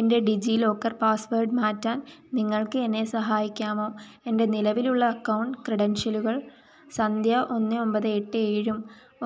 എന്റെ DigiLocker password മാറ്റാൻ നിങ്ങൾക്ക് എന്നെ സഹായിക്കാമോ എന്റെ നിലവിലുള്ള അക്കൗണ്ട് ക്രെഡൻഷ്യലുകൾ സന്ധ്യ ഒന്ന് ഒമ്പത് എട്ട് ഏഴും